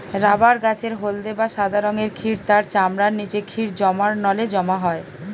rubber গাছের হলদে বা সাদা রঙের ক্ষীর তার চামড়ার নিচে ক্ষীর জমার নলে জমা হয়